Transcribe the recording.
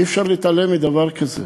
אי-אפשר להתעלם מדבר כזה.